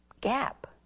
gap